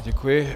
Děkuji.